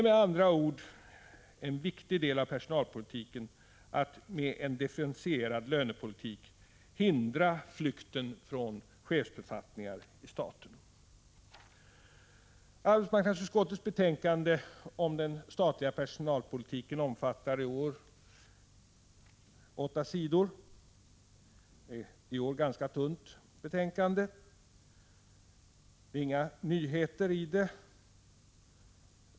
Med andra ord är det en viktig del av personalpolitiken att med differentierad lönepolitik hindra flykten från chefsbefattningar i staten. Arbetsmarknadsutskottets betänkande om den statliga personalpolitiken omfattar i år åtta sidor. Det är ett ganska tunt betänkande, och det är inga nyheter i det.